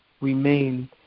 remain